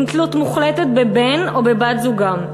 עם תלות מוחלטת בבן או בבת זוגם.